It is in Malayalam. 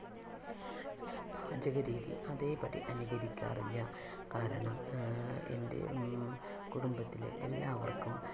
ഞാൻ പാചക രീതി അതേപടി അനുകരിക്കാറില്ല കാരണം എൻ്റെ കുടുംബത്തിലെ എല്ലാവർക്കും